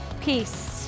peace